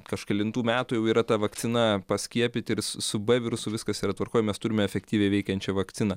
kažkelintų metų jau yra ta vakcina paskiepyti ir su su b virusu viskas yra tvarkoj mes turime efektyviai veikiančią vakciną